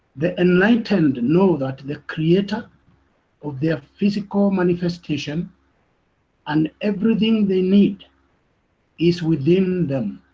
the enlightened know that the creator of their physical manifestation and everything they need is within them.